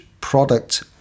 product